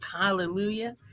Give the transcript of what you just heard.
Hallelujah